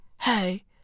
hey